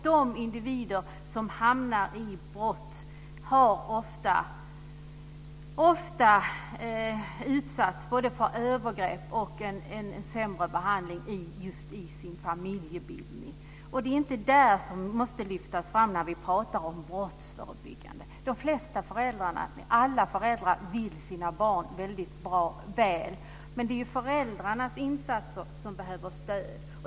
De individer som hamnar i brott har ofta utsatts för både övergrepp och en sämre behandling just i sin familjebildning. Det är dock inte det som ska lyftas fram när vi pratar om brottsförebyggande. Alla föräldrar vill sina barn väldigt väl. Det är i stället när det gäller föräldrarnas insatser som det behövs stöd.